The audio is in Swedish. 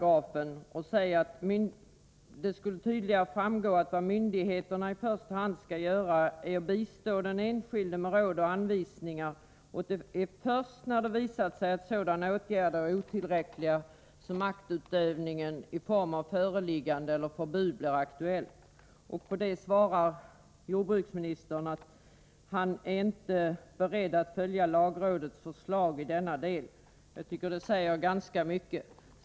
Man ansåg att det tydligare skulle framgå att myndigheterna i första hand skall bistå den enskilde med råd och anvisningar, och först när det har visat sig att sådana åtgärder är otillräckliga blir maktutövning i form av föreläggande eller förbud aktuellt. Jordbruksministern svarar att han inte är beredd att följa lagrådets förslag i denna del. Det säger ganska mycket.